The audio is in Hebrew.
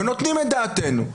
נותנים את דעתנו,